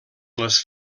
les